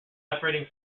operating